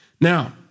Now